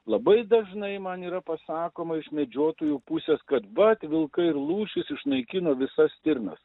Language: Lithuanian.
labai dažnai man yra pasakoma iš medžiotojų pusės kad vat vilkai ir lūšys išnaikino visas stirnas